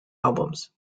albums